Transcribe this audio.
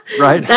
Right